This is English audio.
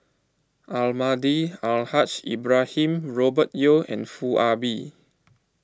Almahdi Al Haj Ibrahim Robert Yeo and Foo Ah Bee